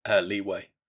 leeway